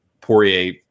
Poirier